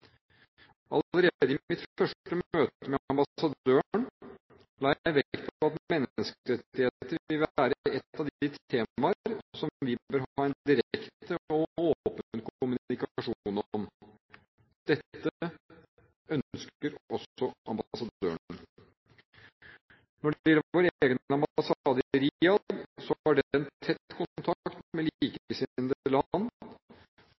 Allerede i mitt første møte med ambassadøren la jeg vekt på at menneskerettigheter vil være et av de temaer som vi bør ha en direkte og åpen kommunikasjon om. Dette ønsker også ambassadøren. Når det gjelder vår egen ambassade i Riyadh, har den tett kontakt med